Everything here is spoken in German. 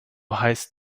heißt